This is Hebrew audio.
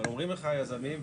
אבל אומרים לך היזמים,